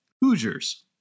Hoosiers